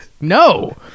No